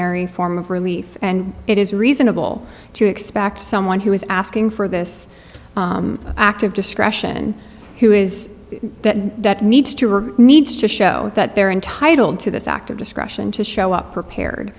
y form of relief and it is reasonable to expect someone who is asking for this active discretion who is that that needs to or needs to show that they're entitled to this act of discretion to show up prepared